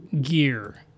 Gear